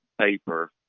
paper